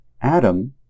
Adam